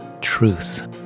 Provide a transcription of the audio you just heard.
truth